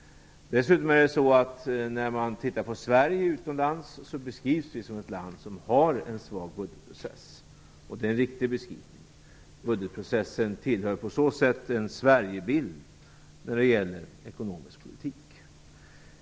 Dessutom: När man utomlands tittar på Sverige beskrivs Sverige som ett land med en svag budgetprocess, och det är en riktig beskrivning. Budgetprocessen tillhör på så sätt Sverigebilden när det gäller ekonomisk politik.